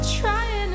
trying